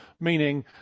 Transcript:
meaning